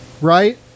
right